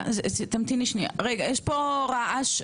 יש רעש,